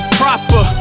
proper